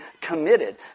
committed